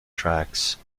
tracks